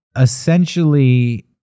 essentially